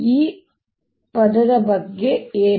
ಈ ಪದದ ಬಗ್ಗೆ ಏನು